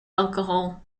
alcohol